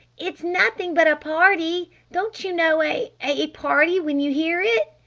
it's nothing but a party! don't you know a a party when you hear it?